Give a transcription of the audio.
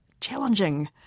challenging